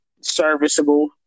serviceable